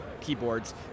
keyboards